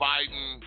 Biden